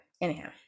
anyhow